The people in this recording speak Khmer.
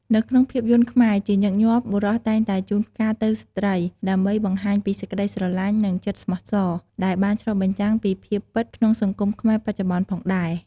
នៅក្នុងភាពយន្តខ្មែរ ជាញឹកញាប់ បុរសតែងតែជូនផ្កាទៅស្ត្រី ដើម្បីបង្ហាញពីសេចក្ដីស្រឡាញ់ និងចិត្តស្មោះសរ ដែលបានឆ្លុះបញ្ចាំងពីភាពពិតក្នុងសង្គមខ្មែរបច្ចុប្បន្នផងដែរ។